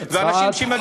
שאנשים שמגיעים לשם,